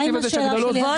בתקציב הזה יש הגדלות מאוד